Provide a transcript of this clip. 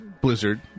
Blizzard